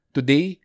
Today